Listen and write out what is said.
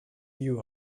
view